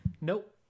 Nope